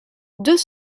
deux